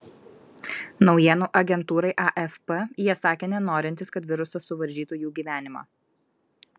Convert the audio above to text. naujienų agentūrai afp jie sakė nenorintys kad virusas suvaržytų jų gyvenimą